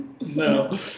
No